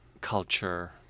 culture